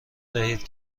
دهید